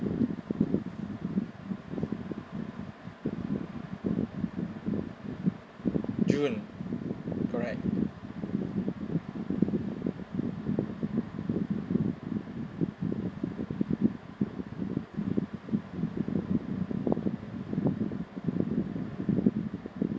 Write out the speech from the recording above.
june correct